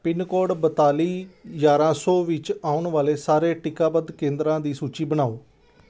pin code ਬਤਾਲੀ ਯਾਰਾਂ ਸੌ ਵਿੱਚ ਆਉਣ ਵਾਲੇ ਸਾਰੇ ਟੀਕਾਬਦ ਕੇਂਦਰਾਂ ਦੀ ਸੂਚੀ ਬਣਾਓ